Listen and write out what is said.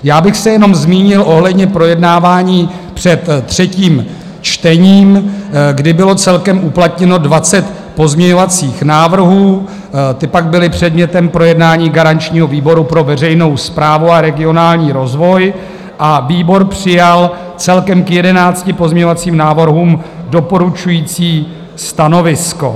Já bych se jenom zmínil ohledně projednávání před třetím čtením, kdy bylo celkem uplatněno 20 pozměňovacích návrhů, ty pak byly předmětem projednání garančního výboru pro veřejnou správu a regionální rozvoj a výbor přijal celkem k 11 pozměňovacím návrhům doporučující stanovisko.